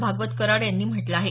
भागवत कराड यांनी म्हटलं आहे